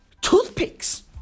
toothpicks